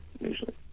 usually